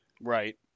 Right